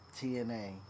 TNA